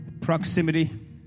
proximity